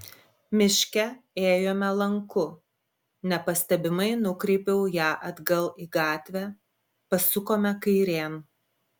miške ėjome lanku nepastebimai nukreipiau ją atgal į gatvę pasukome kairėn